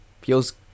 feels